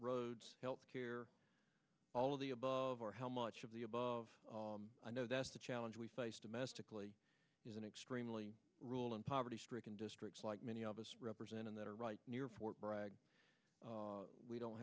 roads health care all of the above or how much of the above i know that's the challenge we face domestically is an extremely rule and poverty stricken districts like many of us represent in that are right near fort bragg we don't